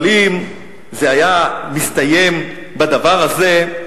אבל אם זה היה מסתיים בדבר הזה,